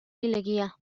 leguía